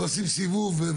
ועושים סיבוב.